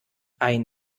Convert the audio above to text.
ein